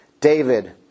David